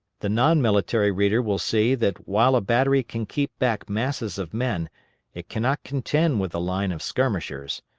the non-military reader will see that while a battery can keep back masses of men it cannot contend with a line of skirmishers.